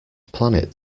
planet